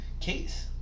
case